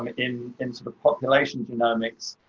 um, in in sort of population genomics,